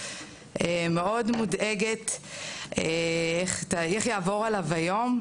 אני מאוד מודאגת איך יעבור עליו היום,